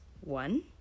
one